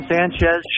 Sanchez